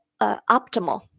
optimal